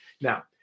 Now